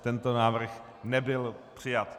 Tento návrh nebyl přijat.